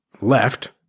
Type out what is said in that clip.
left